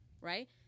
right